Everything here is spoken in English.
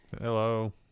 Hello